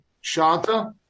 Shanta